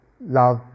love